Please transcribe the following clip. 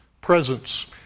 presence